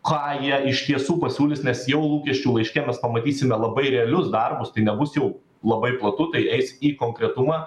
ką jie iš tiesų pasiūlys nes jau lūkesčių laiške mes pamatysime labai realius darbus tai nebus jau labai platu tai eis į konkretumą